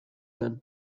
zen